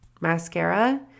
mascara